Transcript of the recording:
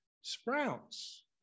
sprouts